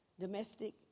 domestic